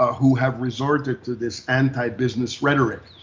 who have resorted to this anti-business rhetoric.